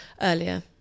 earlier